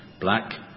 black